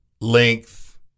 length